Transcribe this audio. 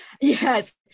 Yes